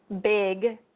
big